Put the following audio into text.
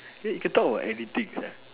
eh you can talk about anything sia